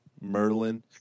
Merlin